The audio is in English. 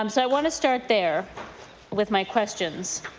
um so i want to start there with my questions.